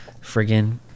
friggin